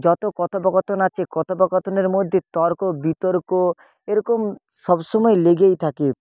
যত কথোপকথন আছে কথোপকথনের মধ্যে তর্ক বিতর্ক এরকম সব সময় লেগেই থাকে